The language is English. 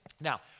Now